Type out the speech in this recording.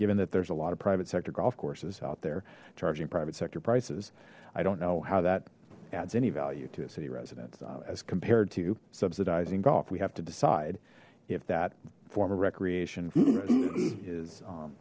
given that there's a lot of private sector golf courses out there charging private sector prices i don't know how that adds any value to a city residents as compared to subsidizing golf we have to decide if that form of recreation is